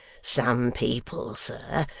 some people, sir,